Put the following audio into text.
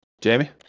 Jamie